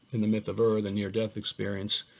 in the myth of er, the near death experience.